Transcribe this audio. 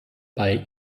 bei